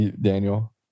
Daniel